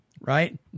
right